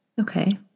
Okay